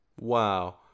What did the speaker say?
wow